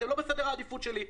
אתם לא בסדר העדיפות שלי.